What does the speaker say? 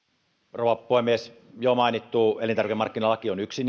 rouva puhemies jo mainittu elintarvikemarkkinalaki on yksi